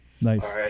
Nice